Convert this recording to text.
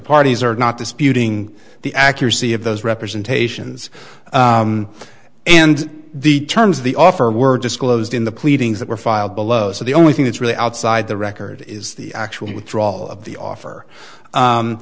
parties are not disputing the accuracy of those representations and the terms of the offer a word disclosed in the pleadings that were filed below so the only thing that's really outside the record is the actual withdrawal of the offer